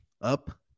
Up